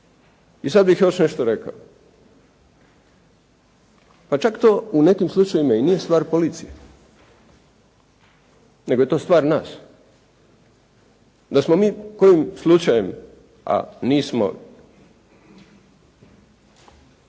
I sad bih još nešto rekao. Pa čak to u nekim slučajevima i nije stvar policije, nego je to stvar nas. Da smo mi kojim slučajem, a nismo